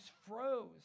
froze